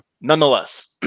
nonetheless